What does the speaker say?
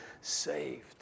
saved